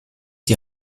die